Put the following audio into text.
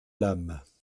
lames